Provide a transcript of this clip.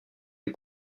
les